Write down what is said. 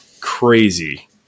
crazy